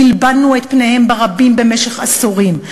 הלבנו את פניהם ברבים במשך עשורים,